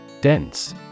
Dense